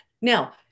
Now